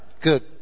Good